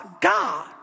God